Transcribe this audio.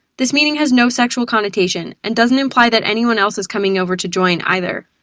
this meaning has no sexual connotation and doesn't imply that anyone else is coming over to join either.